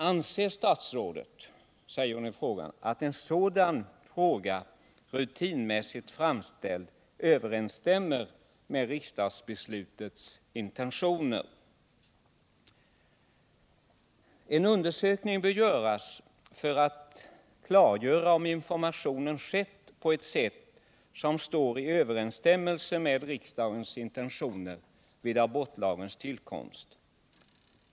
Anser statsrådet — säger hon vidare — att en sådan fråga, rutinmässigt framställd, överensstämmer med riksdagsbeslutets intentioner? En undersökning bör genomföras för att klargöra om informationen skett på ett sätt som står i överensstämmelse med riksdagens intentioner vid abortlagens tillkomst.